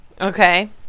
Okay